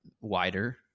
wider